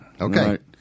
Okay